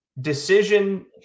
Decision